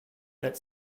that